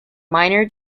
minor